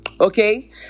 okay